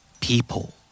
People